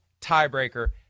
tiebreaker